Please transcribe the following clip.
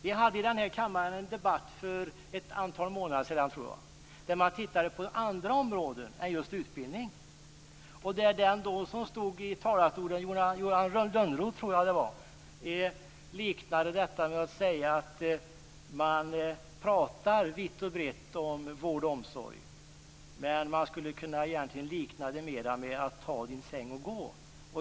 Vi hade i den här kammaren en debatt för ett antal månader sedan, tror jag, där man tittade på andra områden än just utbildning. Den som då stod i talarstolen, Johan Lönnroth tror jag det var, liknade detta vid att säga att man pratar vitt och brett om vård och omsorg. Men man skulle egentligen kunna likna det mer vid att ta sin säng och gå.